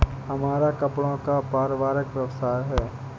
हमारा कपड़ों का पारिवारिक व्यवसाय है